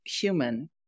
human